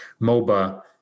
MOBA